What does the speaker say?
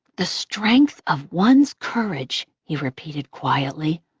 the strength of one's courage, he repeated quietly,